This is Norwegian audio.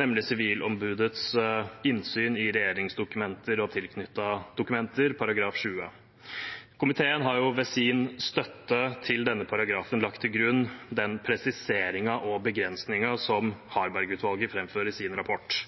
er Sivilombudets innsyn i regjeringsdokumenter og tilknyttede dokumenter, § 20. Komiteen har ved sin støtte til denne paragrafen lagt til grunn den presiseringen og begrensningen som Harberg-utvalget framfører i sin rapport.